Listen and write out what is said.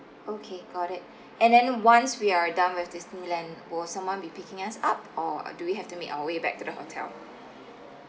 okay got it and then once we are done with disneyland will someone be picking us up or do we have to make our way back to the hotel